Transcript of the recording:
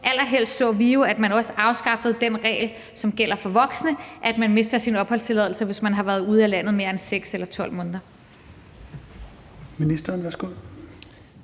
Allerhelst så vi jo, at man også afskaffede den regel, som gælder for voksne, altså at man mister sin opholdstilladelse, hvis man har været ude af landet i mere end 6 eller 12 måneder.